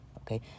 Okay